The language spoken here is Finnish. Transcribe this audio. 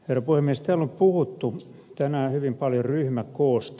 täällä on puhuttu tänään hyvin paljon ryhmäkoosta